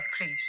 please